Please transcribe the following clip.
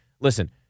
Listen